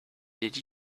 did